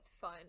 fun